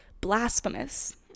blasphemous